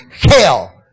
hell